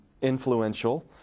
influential